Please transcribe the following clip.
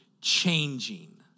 changing